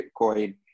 Bitcoin